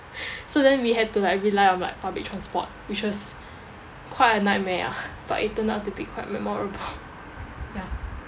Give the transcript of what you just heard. so then we had to like rely on like public transport which was quite a nightmare ah but it turned out to be quite memorable ya